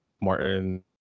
Martin